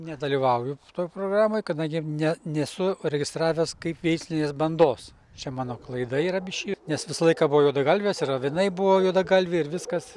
nedalyvauju toj programoj kadangi ne nesu registravęs kaip veislinės bandos čia mano klaida yra biški nes visą laiką buvo juodagalvės ir avinai buvo juodagalviai ir viskas